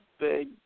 big